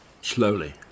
slowly